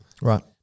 Right